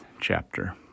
chapter